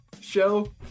show